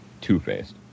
two-faced